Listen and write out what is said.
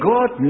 God